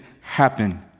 happen